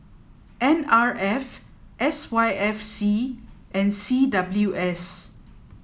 N R F S Y F C and C W S